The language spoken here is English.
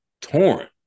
torn